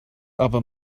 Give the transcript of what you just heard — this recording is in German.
aber